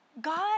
God